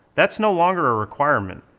that's no longer a requirement.